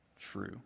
true